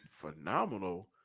phenomenal